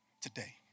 Today